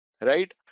right